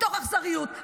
מתוך אכזריות.